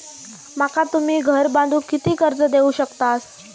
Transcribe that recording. माका तुम्ही घर बांधूक किती कर्ज देवू शकतास?